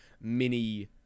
mini